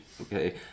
okay